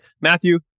Matthew